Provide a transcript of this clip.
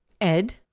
Ed